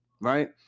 right